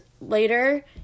later